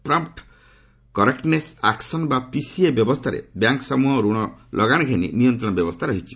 prompt correctness action ବା PCA ବ୍ୟବସ୍ଥାରେ bank ସମ୍ଭହଙ୍କ ରଣ ଲଗାଣ ଘେନି ନିୟନ୍ତ୍ରଣ ବ୍ୟବସ୍ଥା ରହିଛି